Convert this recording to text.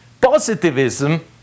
positivism